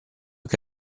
che